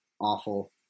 awful